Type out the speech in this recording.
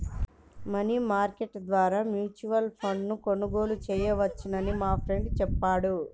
money market ద్వారా mutual ఫండ్ను కొనుగోలు చేయవచ్చని మా ఫ్రెండు చెప్పాడు